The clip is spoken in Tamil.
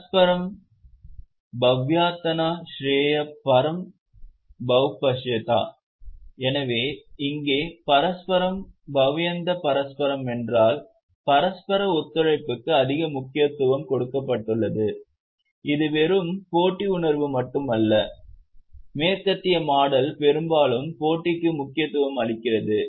பரஸ்பரம் பவயந்தா ஸ்ரேயா பரம் பவப்ஸ்யாதா எனவே இங்கே பரஸ்பரம் பவயந்த பரஸ்பரம் என்றால் பரஸ்பர ஒத்துழைப்புக்கு அதிக முக்கியத்துவம் கொடுக்கப்பட்டுள்ளது இது வெறும் போட்டி உணர்வு மட்டுமல்ல மேற்கத்திய மாடல் பெரும்பாலும் போட்டிக்கு முக்கியத்துவம் அளிக்கிறது